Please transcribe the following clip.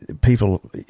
people